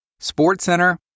SportsCenter